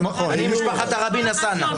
אני ממשפחת תראבין א-סאנע.